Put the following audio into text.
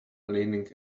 leaning